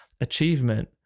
achievement